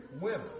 women